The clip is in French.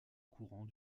courant